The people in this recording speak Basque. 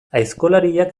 aizkolariak